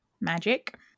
magic